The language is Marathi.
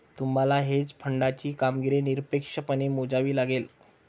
तुम्हाला हेज फंडाची कामगिरी निरपेक्षपणे मोजावी लागेल